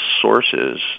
sources